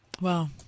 Wow